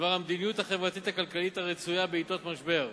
בדבר המדיניות החברתית-הכלכלית הרצויה בעתות משבר,